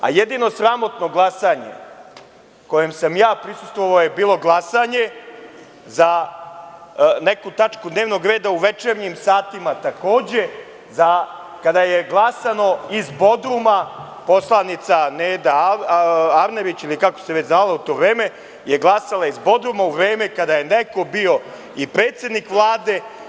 A jedino sramotno glasanje kojem sam ja prisustvovao je bilo glasanje za neku tačku dnevnog reda, u večernjim satima takođe, kada je glasano iz Bodruma, poslanica Neda Arnerić ili kako se već zvala u to vreme, je glasala iz Bodruma u vreme kada je neko bio i predsednik Vlade.